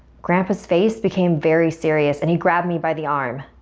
grandpa's face became very serious and he grabbed me by the arm.